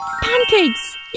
pancakes